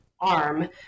arm